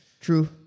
True